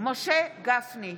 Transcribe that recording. משה גפני,